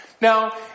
Now